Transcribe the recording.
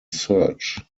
search